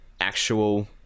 actual